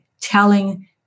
telling